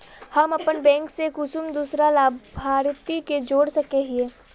हम अपन बैंक से कुंसम दूसरा लाभारती के जोड़ सके हिय?